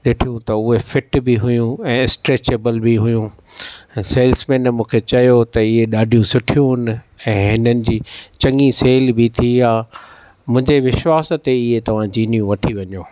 ॾिठियूं त उहे फिट बि हुइयूं ऐं स्ट्रेचेबल बि हुइयूं सेल्समेन मूंखे चयो त इहे ॾाढी सुठियूं आहिनि ऐं हिननि जी चङी सेल बि थी आहे मुंहिंजे विश्वास ते इहो तव्हांजी इहो जीनियूं वठी वञो